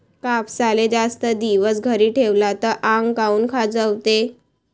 कापसाले जास्त दिवस घरी ठेवला त आंग काऊन खाजवते?